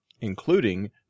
including